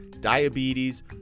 diabetes